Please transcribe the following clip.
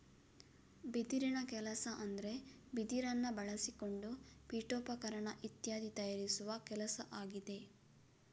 ಬಿದಿರಿನ ಕೆಲಸ ಅಂದ್ರೆ ಬಿದಿರನ್ನ ಬಳಸಿಕೊಂಡು ಪೀಠೋಪಕರಣ ಇತ್ಯಾದಿ ತಯಾರಿಸುವ ಕೆಲಸ ಆಗಿದೆ